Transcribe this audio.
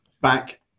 back